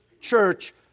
church